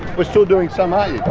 but still doing some, um